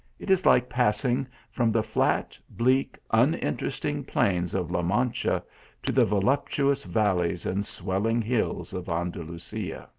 it is like passing from the flat, bleak, uninteresting plains of la mancha to the voluptuous valleys and swelling hills of andalusia.